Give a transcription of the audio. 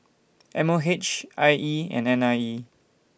M O H I E and N I E